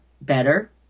better